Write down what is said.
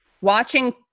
watching